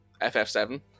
FF7